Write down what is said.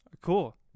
cool